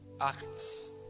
Acts